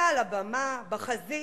אתה על הבימה בחזית,